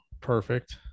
perfect